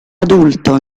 adulto